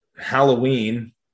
Halloween